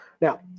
Now